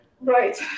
Right